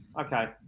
okay